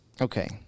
okay